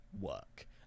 work